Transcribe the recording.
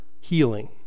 healing